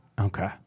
Okay